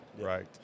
right